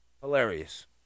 Hilarious